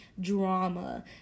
drama